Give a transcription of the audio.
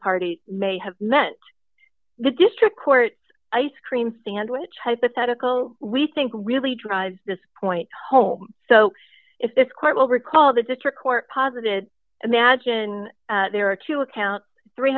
party may have meant the district court ice cream sandwich hypothetical we think really drives this point home so if this court will recall the district court posited imagine there are two accounts three